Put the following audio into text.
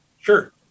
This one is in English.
Sure